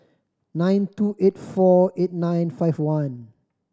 nine two eight four eight nine five one